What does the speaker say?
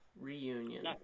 reunion